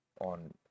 on